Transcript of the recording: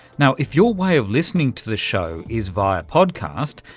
now, if your way of listening to the show is via podcast,